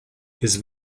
his